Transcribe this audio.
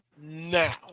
now